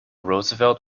roosevelt